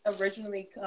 originally